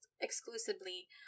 exclusively